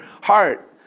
heart